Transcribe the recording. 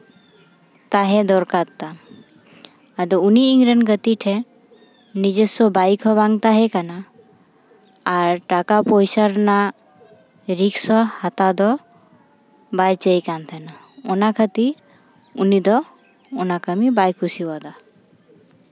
ᱛᱟᱦᱮᱸ ᱫᱚᱨᱠᱟᱨ ᱛᱟᱢ ᱟᱫᱚ ᱩᱱᱤ ᱤᱧᱨᱮᱱ ᱜᱟᱛᱮ ᱴᱷᱮᱱ ᱱᱤᱡᱚᱥᱥᱚ ᱵᱟᱭᱤᱠ ᱦᱚᱸ ᱵᱟᱝ ᱛᱟᱦᱮᱸ ᱠᱟᱱᱟ ᱟᱨ ᱴᱟᱠᱟ ᱯᱚᱭᱥᱟ ᱨᱮᱭᱟᱜ ᱨᱤᱠᱥ ᱦᱚᱸ ᱦᱟᱛᱟᱣ ᱫᱚ ᱵᱟᱭ ᱪᱟᱹᱭ ᱠᱟᱱ ᱛᱟᱦᱮᱱᱟ ᱚᱱᱟ ᱠᱷᱟᱹᱛᱤᱨ ᱩᱱᱤ ᱫᱚ ᱚᱱᱟ ᱠᱟᱹᱢᱤ ᱵᱟᱭ ᱠᱩᱥᱤᱭᱟᱫᱟ